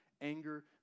anger